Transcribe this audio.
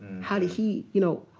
how did he, you know,